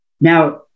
Now